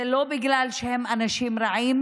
זה לא בגלל שהם אנשים רעים,